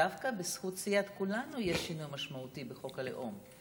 דווקא בזכות סיעת כולנו יש שינוי משמעותי בחוק הלאום.